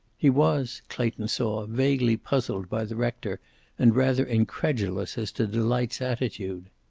he was, clayton saw, vaguely puzzled by the rector and rather incredulous as to delight's attitude.